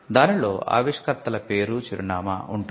దానిలో ఆవిష్కర్త పేరు చిరునామా కూడా ఉంటుంది